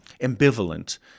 ambivalent